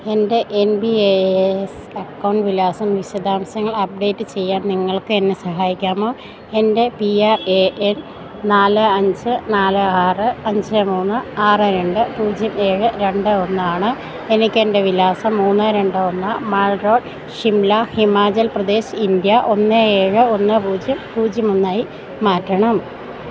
എൻ്റെ N P A A S account വിലാസം വിശദാംശങ്ങൾ അപ്ഡേറ്റ് ചെയ്യാൻ നിങ്ങൾക്ക് എന്നെ സഹായിക്കാമോ എൻ്റെ പി ആർ എ എൻ നാല് അഞ്ച് നാല് ആറ് അഞ്ച് മൂന്ന് ആറ് രണ്ട് പൂജ്യം ഏഴ് രണ്ട് ഒന്ന് ആണ് എനിക്ക് ഏൻ്റെ വിലാസം മൂന്ന് രണ്ട് ഒന്ന് mall road Shimla Himachal Pradesh India ഒന്ന് ഏഴ് ഒന്ന് പൂജ്യം പൂജ്യം ഒന്നായി മാറ്റണം